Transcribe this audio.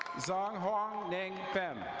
zong wong neng phem.